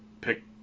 pick